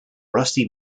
rusty